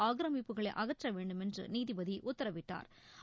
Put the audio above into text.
ஆக்கிரமிப்புகளை அகற்ற வேண்டுமென்று நீதிபதி உத்தரவிட்டாா்